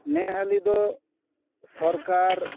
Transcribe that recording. ᱱᱮ ᱦᱟᱹᱞᱤ ᱫᱚ ᱥᱚᱨᱠᱟᱨ